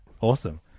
awesome